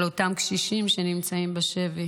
על אותם קשישים, שנמצאים בשבי